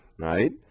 right